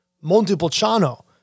Montepulciano